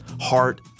heart